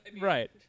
Right